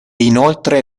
inoltre